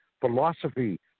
philosophy